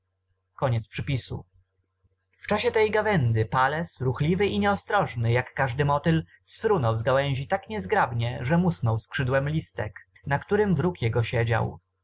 w czasie tej gawędy pales ruchliwy i nieostrożny jak każdy motyl sfrunął z gałęzi tak niezgrabnie że musnął skrzydłem listek na którym wróg jego siedział